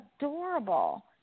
adorable